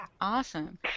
Awesome